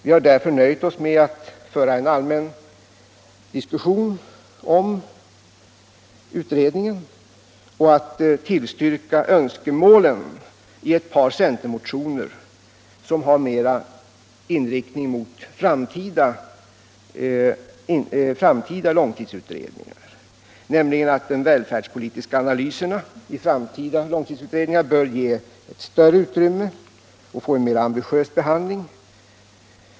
Vi har därför nöjt oss med att föra en allmän diskussion om utredningen och att tillstyrka önskemålen i ett par centermotioner som mera har inrikning mot framtida långtidsutredningar. De välfärdspolitiska analyserna i framtida långtidsutredningar bör ges större utrymme och få en mer ambitiös behandling.